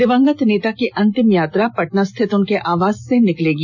दिवंगत नेता की अंतिम यात्रा पटना स्थित उनके आवास से निकलेगी